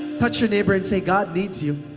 touch your neighbor and say, god needs you.